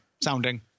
sounding